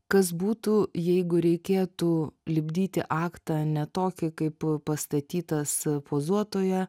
kas būtų jeigu reikėtų lipdyti aktą ne tokį kaip pastatytas pozuotoją